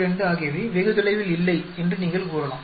42 ஆகியவை வெகு தொலைவில் இல்லை என்று நீங்கள் கூறலாம்